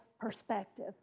perspective